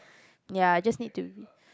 ya I just need to be